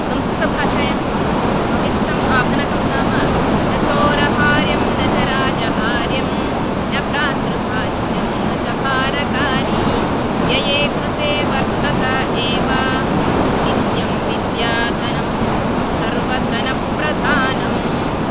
संस्कृतभाषायां ममिष्टम् आभणकं नाम न चोरहार्यं न च राजहार्यं न भ्रातृभाज्यं न च भारकारि व्यये कृते वर्धत एव नित्यं विद्याधनं सर्वधनप्रधानम्